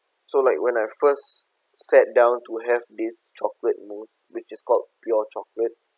so like when I first sat down to have this chocolate mousse which is called pure chocolate